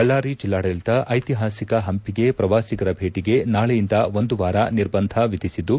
ಬಳ್ಳಾರಿ ಜೆಲ್ಲಾಡಳಿತ ಐತಿಹಾಸಿಕ ಹಂಪಿಗೆ ಪ್ರವಾಸಿಗರ ಭೇಟಿಗೆ ನಾಳೆಯಿಂದ ಒಂದು ವಾರ ನಿರ್ಬಂಧ ವಿಧಿಸಿದ್ದು